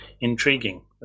intriguing